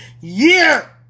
year